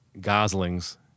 Gosling's